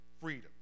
freedom